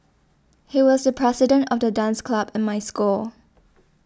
he was the president of the dance club in my school